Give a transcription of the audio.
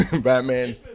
Batman